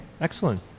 excellent